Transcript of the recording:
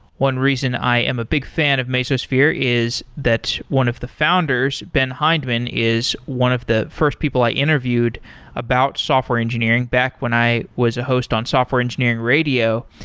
one reason i am a big fan of mesosphere is that one of the founders, ben hindman, is one of the first people i interviewed about software engineering back when i was a host on software engineering radio,